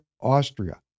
Austria